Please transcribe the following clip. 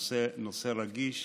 הנושא הוא נושא רגיש,